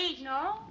No